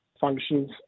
functions